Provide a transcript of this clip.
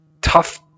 tough